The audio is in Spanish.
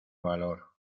valor